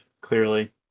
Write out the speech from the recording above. clearly